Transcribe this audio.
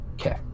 Okay